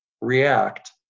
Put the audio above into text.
react